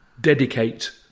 dedicate